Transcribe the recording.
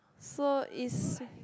so is